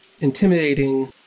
intimidating